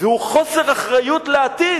והוא חוסר אחריות לעתיד.